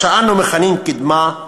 מה שאנו מכנים 'קידמה'